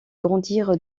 grandir